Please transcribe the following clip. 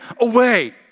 away